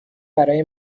برای